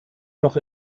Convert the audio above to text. noch